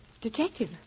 Detective